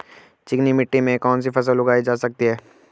चिकनी मिट्टी में कौन सी फसल उगाई जा सकती है?